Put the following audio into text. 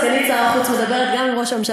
סגנית שר החוץ מדברת גם עם ראש הממשלה